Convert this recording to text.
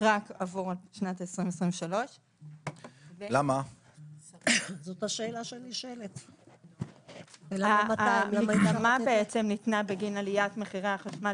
רק עבור שנת 2023. המקדמה בעצם ניתנה בגין עליית מחירי החשמל